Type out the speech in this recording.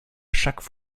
chaque